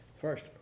first